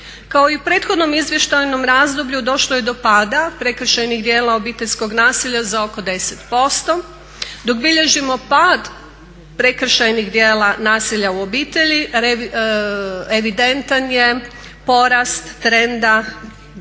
Kao i u prethodnom izvještajnom razdoblju došlo je do pada prekršajnih djela obiteljskog nasilja za oko 10%, dok bilježimo pad prekršajnih djela nasilja u obitelji, evidentan je porast trenda broja